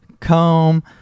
comb